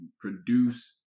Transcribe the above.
produce